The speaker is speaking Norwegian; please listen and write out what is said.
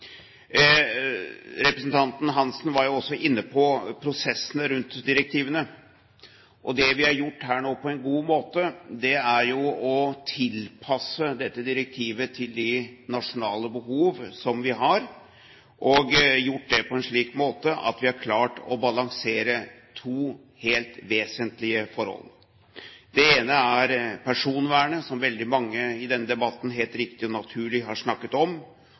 Representanten Svein Roald Hansen var jo også inne på prosessene rundt direktivene. Det vi har gjort her nå på en god måte, er jo å tilpasse dette direktivet til de nasjonale behov som vi har. Vi har gjort det på en slik måte at vi har klart å balansere to helt vesentlige forhold. Det ene er personvernet, som veldig mange i denne debatten helt riktig og naturlig har snakket om,